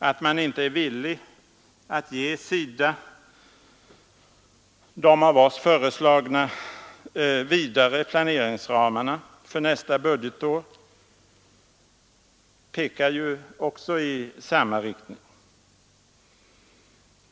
Att man inte är villig att ge SIDA de av oss föreslagna vidare planeringsramarna för nästa budgetår pekar också i samma riktning.